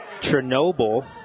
Chernobyl